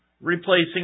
replacing